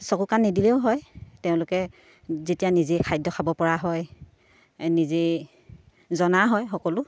চকু কাণ নিদিলেও হয় তেওঁলোকে যেতিয়া নিজেই খাদ্য খাব পৰা হয় নিজেই জনা হয় সকলো